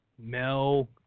Mel